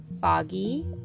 foggy